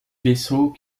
vaisseau